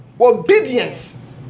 Obedience